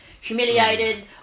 humiliated